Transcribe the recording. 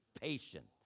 patient